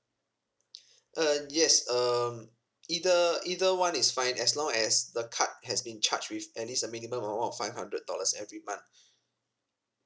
uh yes um either either one is fine as long as the card has been charged with at least a minimum amount of five hundred dollars every month